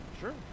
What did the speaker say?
sure